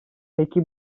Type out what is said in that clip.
peki